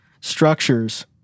structures